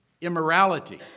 immorality